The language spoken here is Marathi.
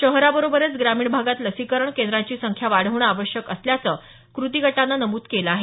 शहराबरोबरच ग्रामीण भागात लसीकरण केंद्रांची संख्या वाढवणं आवश्यक असल्याचं क्रती गटानं नमूद केलं आहे